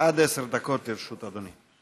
עד עשר דקות לרשות אדוני.